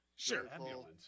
Sure